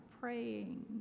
praying